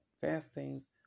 fastings